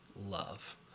love